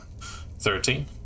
Thirteen